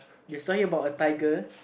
the story about a tiger